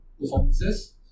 performances